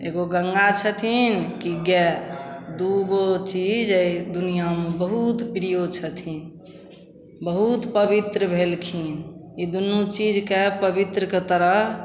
एगो गङ्गा छथिन कि गाइ दुइगो चीज एहि दुनिआमे बहुत प्रिय छथिन बहुत पवित्र भेलखिन ई दुन्नू चीजके पवित्रके तरह